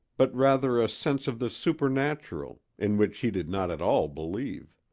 but rather a sense of the supernatural in which he did not at all believe.